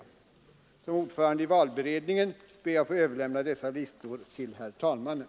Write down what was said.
Som ordförande i valberedningen ber jag att få överlämna dessa listor till herr talmannen.